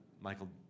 Michael